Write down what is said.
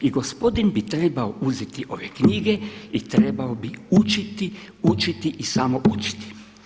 I gospodin bi trebao uzeti ove knjige i trebao bi učiti, učiti i samo učiti.